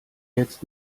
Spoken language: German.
jetzt